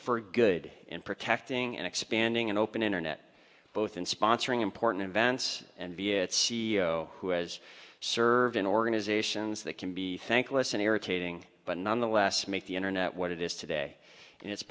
for good in protecting and expanding an open internet both in sponsoring important events and be its c e o who has served in organizations that can be thankless and irritating but nonetheless make the internet what it is today and it